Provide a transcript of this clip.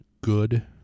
good